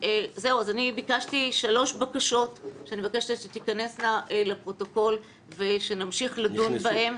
ביקשתי שלוש בקשות שאני מבקשת שתיכנסנה לפרוטוקול ושנמשיך לדון בהן.